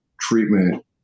treatment